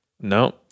No